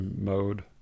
mode